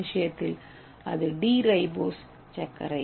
ஏ விஷயத்தில் அது D ribose சர்க்கரை